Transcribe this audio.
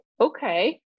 okay